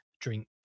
drink